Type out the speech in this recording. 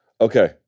Okay